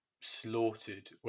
slaughtered